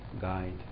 guide